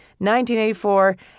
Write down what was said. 1984